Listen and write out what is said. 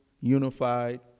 unified